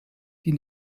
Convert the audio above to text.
die